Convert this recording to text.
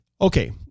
Okay